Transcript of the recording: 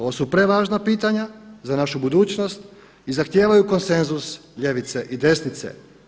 Ovo su prevažna pitanja za našu budućnost i zahtijevaju konsenzus ljevice i desnice.